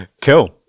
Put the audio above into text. Cool